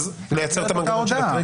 אז לייצר את המנגנון של הטריגר.